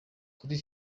kuri